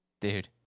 Dude